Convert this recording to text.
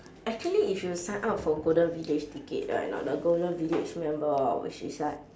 actually if you sign up for golden village ticket right not the golden village member or which is right